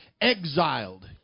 exiled